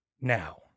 now